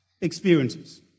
experiences